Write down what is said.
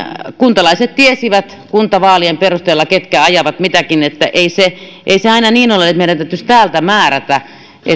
kuntalaiset tiesivät kuntavaalien perusteella ketkä ajavat mitäkin eli ei se aina niin ole että meidän täytyisi täältä määrätä